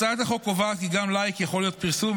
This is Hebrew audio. הצעת החוק קובעת כי גם לייק יכול להיות פרסום,